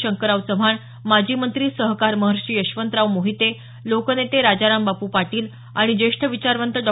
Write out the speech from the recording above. शंकरराव चव्हाण माजी मंत्री सहकार महर्षी यशवंतराव मोहिते लोकनेते राजाराम बापू पाटील आणि ज्येष्ठ विचारवंत डॉ